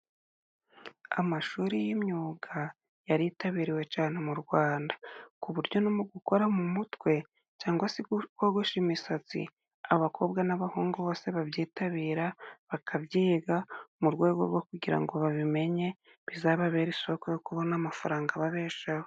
Amashuri y'imyuga yaritabiriwe cyane, mu rwanda ku buryo no mu gukora mu mutwe cyangwa se kogosha imisatsi abakobwa n'abahungu bose babyitabira, bakabyiga mu rwego rwo kugira ngo babimenye, bizababere isoko yo kubona amafaranga ababeshaho.